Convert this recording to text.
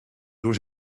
door